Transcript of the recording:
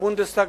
לבונדסטאג.